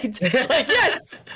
yes